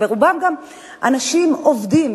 ורובם גם אנשים עובדים,